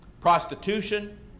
prostitution